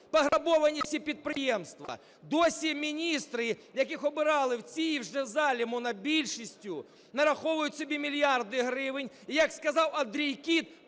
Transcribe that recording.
Пограбовані всі підприємства. Досі міністри, яких обирали в цій вже залі монобільшістю нараховують собі мільярди гривень. І, як сказав Андрій Кіт,